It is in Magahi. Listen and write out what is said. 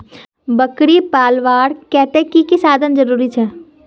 बकरी पलवार केते की की साधन जरूरी छे?